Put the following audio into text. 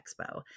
Expo